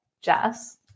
Jess